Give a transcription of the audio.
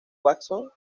watson